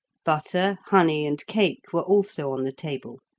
butter, honey, and cake were also on the table.